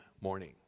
morning